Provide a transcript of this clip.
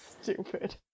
stupid